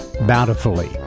bountifully